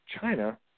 China